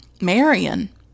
Marion